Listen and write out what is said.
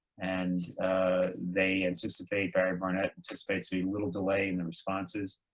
and they anticipate barry barnett anticipates very little delay in the responses.